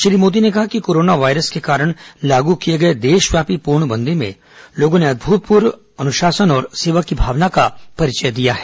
श्री मोदी ने कहा कि कोरोना वायरस के कारण लागू किए गए मौजूदा देशव्यापी पूर्णबंदी में लोगों ने अभूतपूर्व अनुशासन और सेवा की भावना का परिचय दिया है